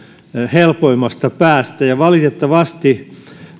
helpoimmasta päästä ja valitettavasti